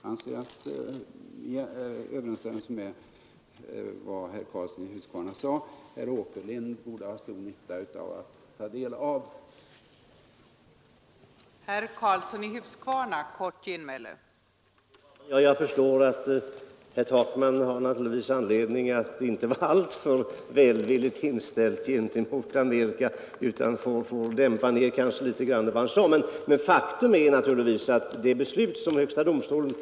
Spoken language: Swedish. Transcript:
I överensstämmelse med vad herr Karlsson i Huskvarna sade, borde herr Åkerlind få en tankeställare av att ta del av detta dokument.